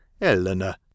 Eleanor